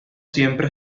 siempre